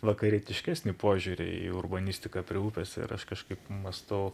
vakarietiškesnį požiūrį į urbanistiką prie upės ir aš kažkaip mąstau